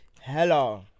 Hello